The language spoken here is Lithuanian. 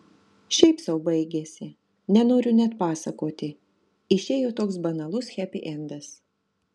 šiaip sau baigėsi nenoriu net pasakoti išėjo toks banalus hepiendas